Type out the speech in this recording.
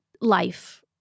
life